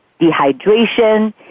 dehydration